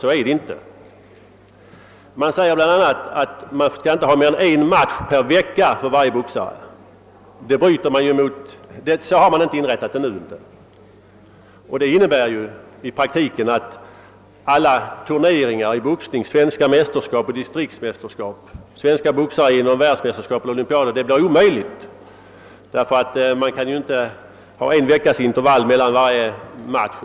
Utredningen säger bl a. att det inte får förekomma mer än en match per vecka för varje boxare men detta iakttas inte för närvarande. Detta innebär i praktiken att alla boxningsturneringar — svenska mästerskap, distriktsmästerskap, världsmästerskap och olympiader — blir omöjliga att delta i, ty man kan ju inte ha en veckas intervall mellan varje match.